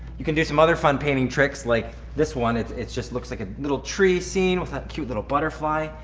you can do some other fun painting tricks like this one it's it's just looks like a little tree scene with that cute little butterfly,